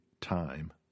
time